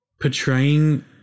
portraying